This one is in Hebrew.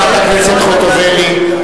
חברת הכנסת חוטובלי.